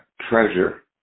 treasure